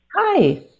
Hi